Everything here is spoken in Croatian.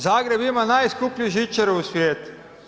Zagreb ima najskuplju žičaru u svijetu.